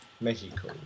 Mexico